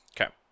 Okay